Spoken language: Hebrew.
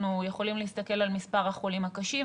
אנחנו יכולים להסתכל על מספר החולים הקשים,